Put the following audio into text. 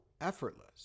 effortless